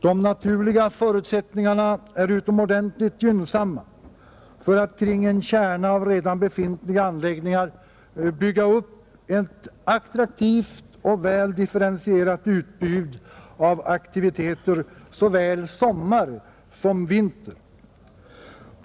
De naturliga förutsättningarna är utomordentligt gynnsamma för att kring en kärna av redan befintliga anläggningar bygga upp ett attraktivt och väl differentierat utbud av aktiviteter såväl sommar som vinter.